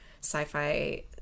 sci-fi